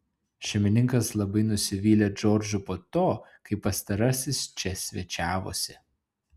šeimininkas labai nusivylė džordžu po to kai pastarasis čia svečiavosi